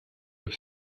have